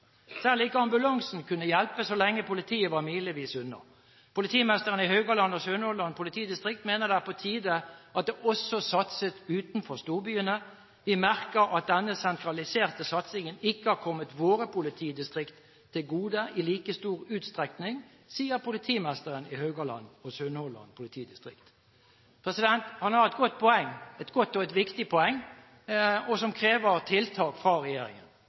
ikke ambulansen kunne hjelpe, så lenge politiet var milevis unna. Politimesteren i Haugaland og Sunnhordland politidistrikt mener det er på tide at det også satses utenfor storbyene. «Vi merker at denne sentraliserte satsingen ikke har kommet våre politidistrikter til gode i like stor utstrekning.» Dette sier politimesteren i Haugaland og Sunnhordland politidistrikt. Han har et godt og et viktig poeng, som krever tiltak fra regjeringen.